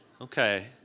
Okay